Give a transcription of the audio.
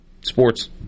sports